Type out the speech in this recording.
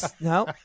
No